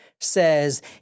says